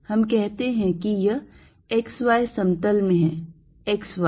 हम कहते हैं कि यह x y समतल में है x y